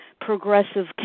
progressive